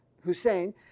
Hussein